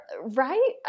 Right